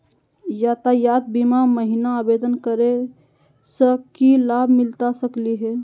यातायात बीमा महिना आवेदन करै स की लाभ मिलता सकली हे?